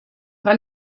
tra